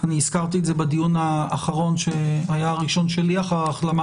הזכרתי את זה בדיון האחרון שהיה הראשון שלי לאחר ההחלמה